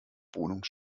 wohnung